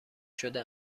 شده